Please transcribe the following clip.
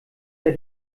der